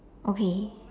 okay